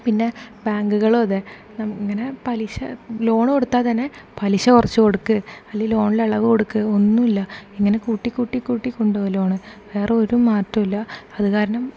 പിന്നെ ബാങ്കുകളും അതെ ഇങ്ങനെ പലിശ ലോണ് കൊടുത്താൽ തന്നെ പലിശ കുറച്ച് കൊടുക്കുക അല്ലേ ലോണിൽ ഇളവ് കൊടുക്കുക ഒന്നുമില്ല ഇങ്ങനെ കൂട്ടി കൂട്ടി കൂട്ടി കൊണ്ട് പോകും ലോണ് വേറെ ഒരു മറ്റവും ഇല്ല അതു കാരണം